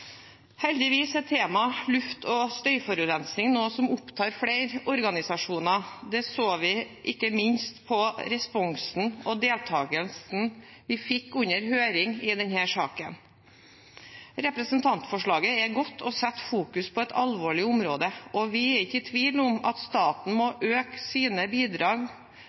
Heldigvis er temaet luft- og støyforurensning noe som opptar flere organisasjoner. Det så vi ikke minst på responsen og deltakelsen vi fikk under høringen i denne saken. Representantforslaget er godt og fokuserer på et alvorlig område. Vi er ikke i tvil om at staten må øke sine bidrag